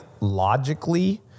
logically